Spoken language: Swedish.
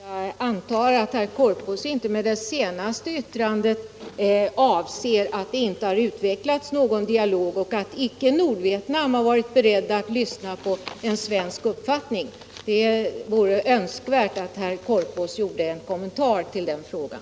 Herr talman! Jag antar att herr Korpås inte med det senaste yttrandet avser att det inte har utvecklats någon dialog och att icke Nordvietnam varit berett att lyssna på synpunkter som förts fram från svensk sida. Det vore önskvärt att herr Korpås gjorde en kommentar till den frågan.